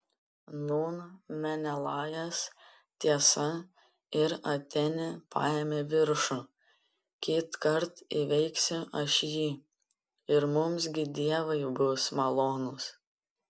nūn menelajas tiesa ir atėnė paėmė viršų kitkart įveiksiu aš jį ir mums gi dievai bus malonūs